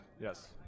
Yes